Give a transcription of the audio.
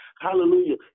Hallelujah